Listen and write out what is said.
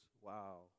Wow